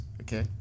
okay